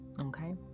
okay